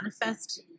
manifest